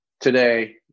today